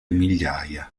migliaia